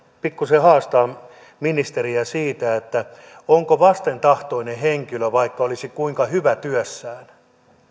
pikkuisen haastaa ministeriä siitä onko vastentahtoinen henkilö vaikka olisi kuinka hyvä työssään